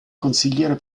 consigliere